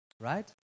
Right